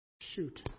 shoot